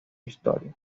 historia